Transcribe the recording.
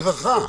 במדרכה.